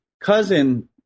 cousin